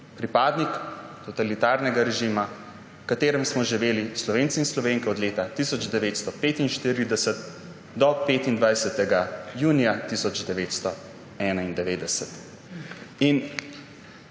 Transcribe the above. pripadnik totalitarnega režima, v katerem smo živeli Slovenci in Slovenke od leta 1945 do 25. junija 1991.